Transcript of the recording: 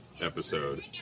episode